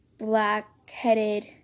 black-headed